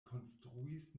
konstruis